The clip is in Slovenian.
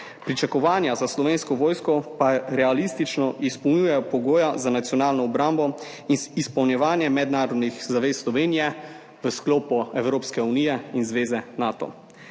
Pričakovanja za Slovensko vojsko pa realistično izpolnjujejo pogoje za nacionalno obrambo in izpolnjevanje mednarodnih zavez Slovenije v sklopu Evropske unije in zveze Nato.